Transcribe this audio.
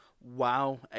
Wow